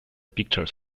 pictures